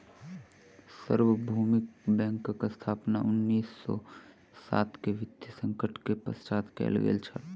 सार्वभौमिक बैंकक स्थापना उन्नीस सौ सात के वित्तीय संकट के पश्चात कयल गेल छल